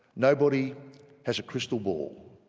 nobody has a crystal ball.